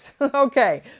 Okay